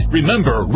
Remember